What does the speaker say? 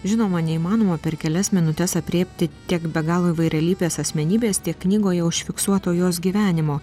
žinoma neįmanoma per kelias minutes aprėpti tiek be galo įvairialypės asmenybės tiek knygoje užfiksuoto jos gyvenimo